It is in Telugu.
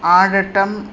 ఆడటం